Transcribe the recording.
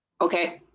Okay